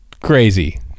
Crazy